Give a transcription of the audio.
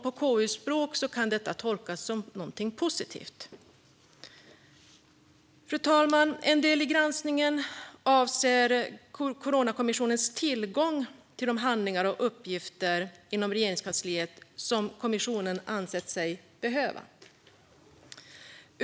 På KU-språk kan detta tolkas som något positivt. Fru talman! En del i granskningen avser Coronakommissionens tillgång till de handlingar och uppgifter inom Regeringskansliet som kommissionen ansett sig behöva.